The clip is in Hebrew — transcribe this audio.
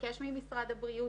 לבקש ממשרד הבריאות,